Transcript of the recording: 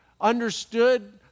understood